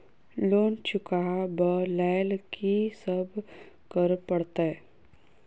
Loan चुका ब लैल की सब करऽ पड़तै?